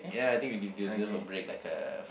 ya I think we de~ deserve a break like a